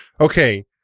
Okay